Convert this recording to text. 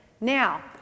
Now